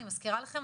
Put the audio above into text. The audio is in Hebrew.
אני מזכירה לכם,